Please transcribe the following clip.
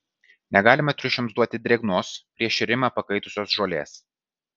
negalima triušiams duoti drėgnos prieš šėrimą pakaitusios žolės